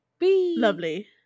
Lovely